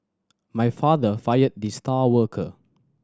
my father fired the star worker